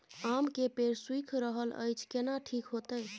आम के पेड़ सुइख रहल एछ केना ठीक होतय?